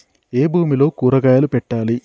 ఏ భూమిలో కూరగాయలు పెట్టాలి?